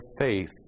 faith